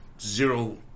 zero